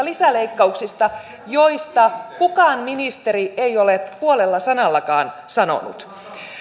lisäleikkauksista joista kukaan ministeri ei ole puolella sanallakaan sanonut